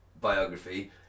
biography